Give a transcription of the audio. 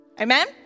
amen